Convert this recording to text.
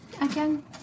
again